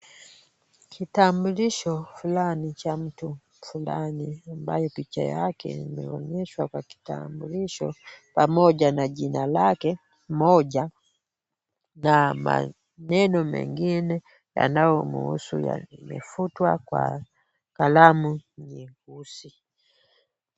Kitambulisho fulani cha mtu fulani ambaye picha yake imeonyeshwa kwa kitambulisho pamoja na jina lake moja, na maneno mengine yanayomuhusu yamefutwa kwa kalamu nyeusi.